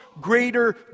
greater